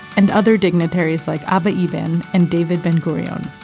and other dignitaries like abba eban and david ben-gurion